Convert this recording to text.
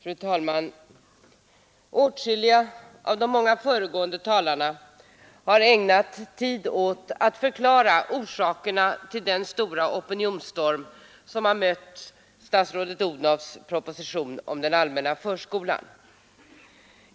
Fru talman! Åtskilliga av de många föregående talarna har ägnat tid åt att förklara orsakerna till den stora opinionsstorm som mött statsrådet Odhnoffs proposition om den allmänna förskolan.